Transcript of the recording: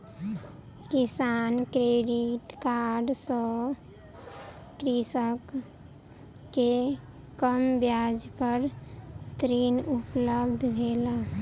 किसान credit card सँ कृषक के कम ब्याज पर ऋण उपलब्ध भेल